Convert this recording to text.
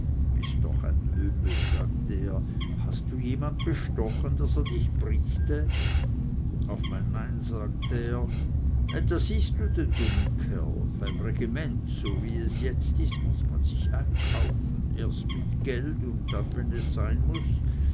bist doch ein lümmel sagte er hast du jemand bestochen daß er dich brichte auf mein nein sagte er da siehst du den dummen kerl beim regiment so wie es jetzt ist muß man sich einkaufen erst mit geld dann wenn es sein muß